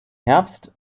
herbst